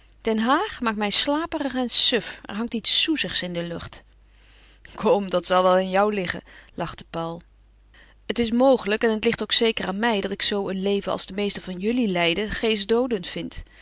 den haag maakt mij slaperig en suf er hangt iets soezigs in de lucht kom dat zal wel aan jou liggen lachte paul het is mogelijk en het ligt ook zeker aan mij dat ik zoo een leven als de meesten van jullie leiden geestdoodend vind